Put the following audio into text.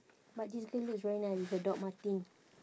but this girl looks very nice with her Dr. Martens